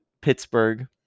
Pittsburgh